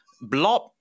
blob